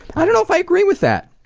i don't know if i agree with that.